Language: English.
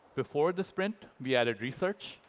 before the sprint, we added research.